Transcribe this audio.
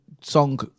song